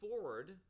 forward